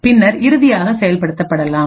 பின்னர் இறுதியாக செயல்படுத்தப்படலாம்